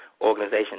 organization